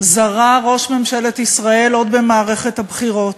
זרע ראש ממשלת ישראל עוד במערכת הבחירות,